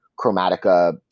chromatica